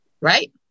Right